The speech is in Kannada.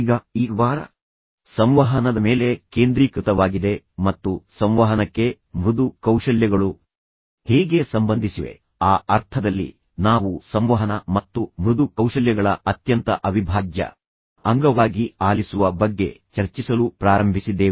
ಈಗ ಈ ವಾರ ಸಂವಹನದ ಮೇಲೆ ಕೇಂದ್ರೀಕೃತವಾಗಿದೆ ಮತ್ತು ಸಂವಹನಕ್ಕೆ ಮೃದು ಕೌಶಲ್ಯಗಳು ಹೇಗೆ ಸಂಬಂಧಿಸಿವೆ ಆ ಅರ್ಥದಲ್ಲಿ ನಾವು ಸಂವಹನ ಮತ್ತು ಮೃದು ಕೌಶಲ್ಯಗಳ ಅತ್ಯಂತ ಅವಿಭಾಜ್ಯ ಅಂಗವಾಗಿ ಆಲಿಸುವ ಬಗ್ಗೆ ಚರ್ಚಿಸಲು ಪ್ರಾರಂಭಿಸಿದ್ದೇವೆ